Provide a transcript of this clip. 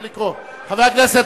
צא, צא, חבר הכנסת